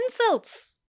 pencils